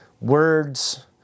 words